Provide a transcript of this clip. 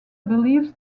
believes